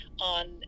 on